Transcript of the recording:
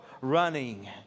running